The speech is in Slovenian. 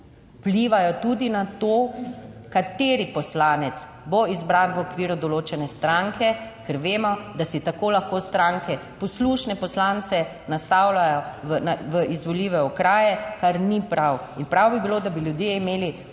vplivajo tudi na to, kateri poslanec bo izbran v okviru določene stranke, ker vemo, da si tako lahko stranke poslušne poslance nastavljajo v izvoljive okraje, kar ni prav. In prav bi bilo, da bi ljudje imeli vpliv ne